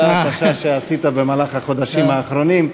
הקשה שעשית במהלך החודשים האחרונים,